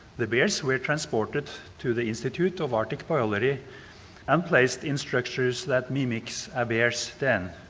the bears were transported to the institute of arctic biology and placed in structures that mimic a bear's den.